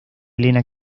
elena